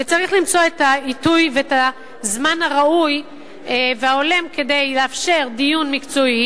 וצריך למצוא את העיתוי ואת הזמן הראוי וההולם כדי לאפשר דיון מקצועי,